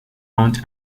mount